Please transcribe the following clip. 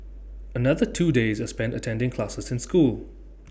another two days are spent attending classes in school